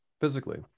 physically